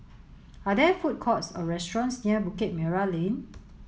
are there food courts or restaurants near Bukit Merah Lane